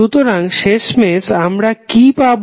সুতরাং শেষমেশ আমরা কি পাবো